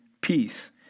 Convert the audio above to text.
peace